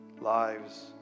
lives